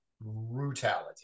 brutality